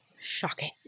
Shocking